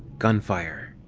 gunfire.